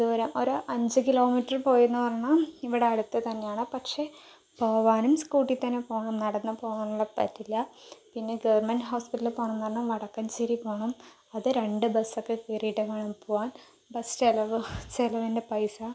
ദൂരം ഒരു അഞ്ച് കിലോ മീറ്റർ പോയെന്ന് പറഞ്ഞാൽ ഇവിടെ അടുത്ത് തന്നെയാണ് പക്ഷേ പോകാനും സ്കൂട്ടിയിൽ തന്നെ പോകണം നടന്നു പോകാൻ ഒന്നും പറ്റില്ല പിന്നെ ഗവൺമെൻ്റ് ഹോസ്പിറ്റലിൽ പോകണമെന്ന് പറഞ്ഞാൽ വടക്കഞ്ചേരി പോകണം അത് രണ്ട് ബസ് ഒക്കെ കയറിയിട്ട് വേണം പോകാൻ ബസ് ചിലവ് ചിലവിൻ്റെ പൈസ